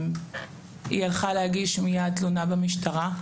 היא הלכה להגיש מיד תלונה במשטרה,